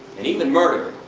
and even murder.